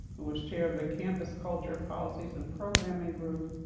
who was chair of the campus culture policies and programming group,